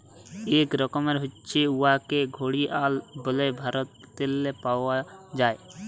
ইক রকমের হছে উয়াকে ঘড়িয়াল ব্যলে ভারতেল্লে পাউয়া যায়